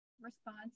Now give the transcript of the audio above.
response